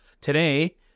Today